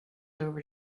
over